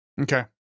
Okay